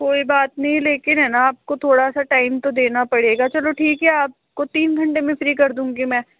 कोई बात नहीं लेकिन है न आपको थोड़ा सा टाइम तो देना पड़ेगा चलो ठीक है आपको तीन घंटे में फ्री कर दूंगी मैं